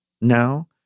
now